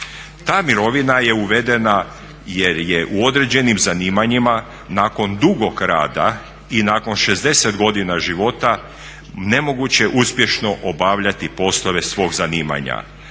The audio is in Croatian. Ta mirovina je uvedena jer je u određenim zanimanjima nakon dugog rada i nakon 60 godina života nemoguće uspješno obavljati poslove svog zanimanja,